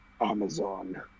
Amazon